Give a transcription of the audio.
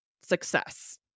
success